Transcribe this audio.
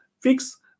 fix